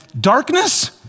darkness